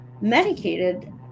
medicated